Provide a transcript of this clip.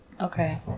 Okay